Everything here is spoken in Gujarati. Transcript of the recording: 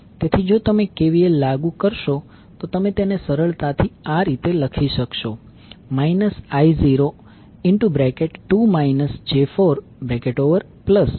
તેથી જો તમે KVL લાગુ કરશો તો તમે તેને સરળતાથી આ રીતે લખી શકશો I02 j40